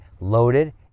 loaded